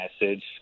message